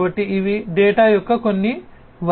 కాబట్టి ఇవి డేటా యొక్క కొన్ని వనరులు